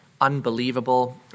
unbelievable